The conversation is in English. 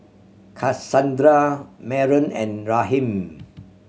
Cassandra Maren and Raheem